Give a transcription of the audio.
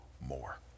more